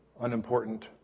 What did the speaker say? unimportant